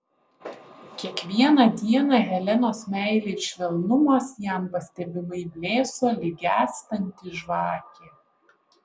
kiekvieną dieną helenos meilė ir švelnumas jam pastebimai blėso lyg gęstanti žvakė